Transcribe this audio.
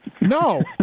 no